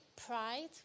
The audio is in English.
pride